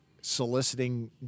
soliciting